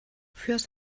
fürs